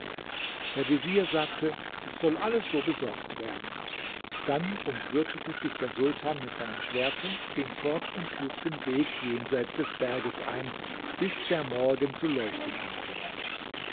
der vezier sagte es soll alles so besorgt werden dann umgürtete sich der sultan mit seinem schwerte ging fort und schlug den weg jenseits des berges ein bis der morgen zu leuchten anfing